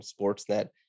Sportsnet